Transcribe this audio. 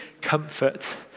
comfort